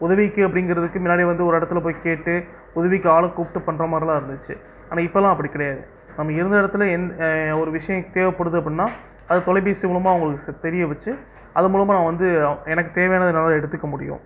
உதவிக்கு அப்படிங்கிறதுக்கு மின்னாடி வந்து ஒரு எடத்துல போய் கேட்டு உதவிக்கு ஆள கூப்ட்டு பண்ற மாடலா இருந்துச்சி ஆனா இப்பலாம் அப்பிடி கெடையாது நம்ம இருந்த எடத்துலயே எந் ஒரு விஷயம் தேவப்படுது அப்படின்னா அத தொலைபேசி மூலமா அவுங்களுக்கு தெரிய வச்சி அதன் மூலமா நான் வந்து எனக்குத் தேவையானத என்னால எடுத்துக்க முடியும்